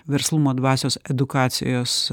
verslumo dvasios edukacijos